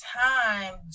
time